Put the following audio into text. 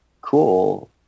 cool